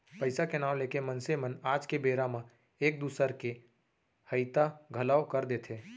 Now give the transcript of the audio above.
पइसा के नांव लेके मनसे मन आज के बेरा म एक दूसर के हइता घलौ कर देथे